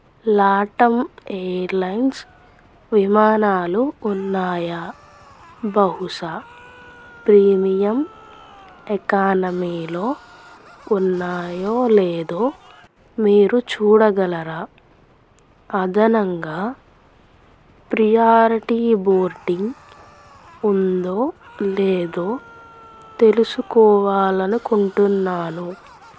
LATAM airlines విమానాలు ఉన్నాయా బహుశా ప్రీమియం ఎకానమీలో ఉన్నాయో లేదో మీరు చూడగలరా అదనంగా ప్రయారిటి బోర్డింగ్ ఉందో లేదో తెలుసుకోవాలి అనుకుంటున్నాను